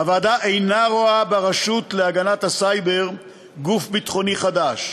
הוועדה אינה רואה ברשות להגנת הסייבר גוף ביטחוני חדש.